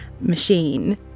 machine